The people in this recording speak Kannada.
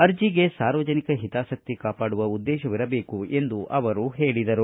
ಅರ್ಜಿಗೆ ಸಾರ್ವಜನಿಕ ಹಿತಾಸಕ್ತಿ ಕಾಪಾಡುವ ಉದ್ದೇಶವಿರಬೇಕು ಎಂದು ಹೇಳಿದರು